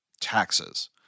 Taxes